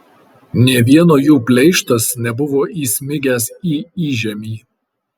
nė vieno jų pleištas nebuvo įsmigęs į įžemį